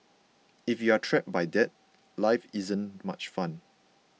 if you are trapped by that life isn't much fun